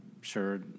sure